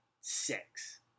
six